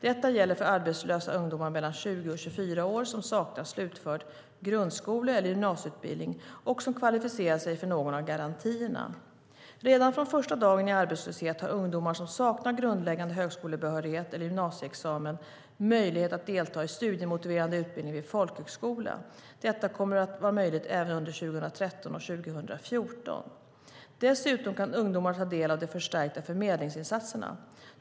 Detta gäller för arbetslösa ungdomar mellan 20 och 24 år som saknar slutförd grundskole eller gymnasieutbildning och som kvalificerat sig för någon av garantierna. Redan från första dagen i arbetslöshet har ungdomar som saknar grundläggande högskolebehörighet eller gymnasieexamen möjlighet att delta i studiemotiverande utbildning vid folkhögskola. Detta kommer att vara möjligt även under 2013 och 2014. Dessutom kan ungdomar ta del av de förstärkta förmedlingsinsatserna.